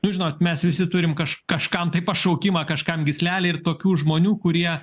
nu žinot mes visi turim kaž kažkam tai pašaukimą kažkam gyslelę ir tokių žmonių kurie